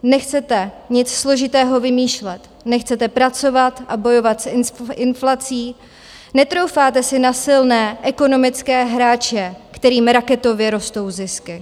Nechcete nic složitého vymýšlet, nechcete pracovat a bojovat s inflací, netroufáte si na silné ekonomické hráče, kterým raketově rostou zisky.